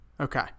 Okay